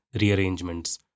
rearrangements